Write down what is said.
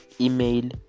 email